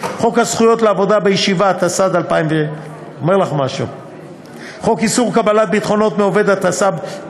77. חוק לעידוד של שילוב וקידום של נשים בעבודה ושל התאמת מקומות עבודה